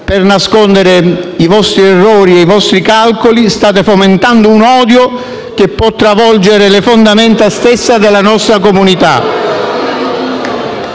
Per nascondere i vostri errori e i vostri calcoli state fomentando un odio che può travolgere le fondamenta stesse della nostra comunità.